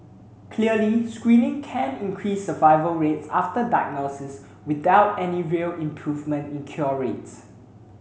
clearly screening can increase survival rates after diagnosis without any real improvement in cure rates